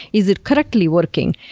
is it correctly working?